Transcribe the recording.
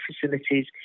facilities